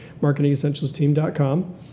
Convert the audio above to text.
marketingessentialsteam.com